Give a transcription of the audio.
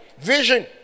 vision